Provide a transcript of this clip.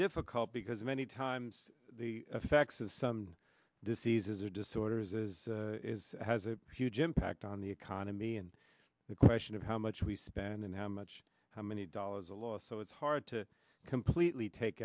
difficult because many times the effects of some diseases or disorders is has a huge impact on the economy and the question of how much we spend and how much how many dollars a loss so it's hard to completely take